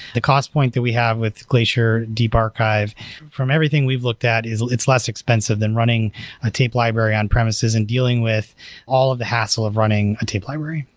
the cost point that we have with glacier deep archive from everything we've looked at is it's less expensive than running a tape library on-premises and dealing with all of the hassle of running a tape library.